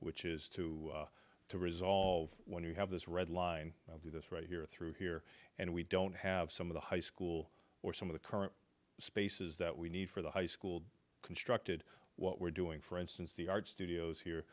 which is to to resolve when you have this red line do this right here through here and we don't have some of the high school or some of the current spaces that we need for the high school constructed what we're doing for instance the art studios here